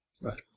Right